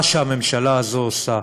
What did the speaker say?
מה שהממשלה הזו עושה,